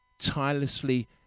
Tirelessly